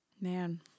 Man